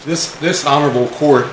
this this honorable co